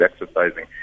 exercising